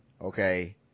okay